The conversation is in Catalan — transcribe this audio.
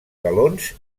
galons